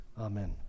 Amen